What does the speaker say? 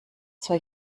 zur